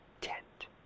tent